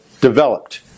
developed